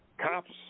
cops